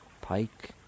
pike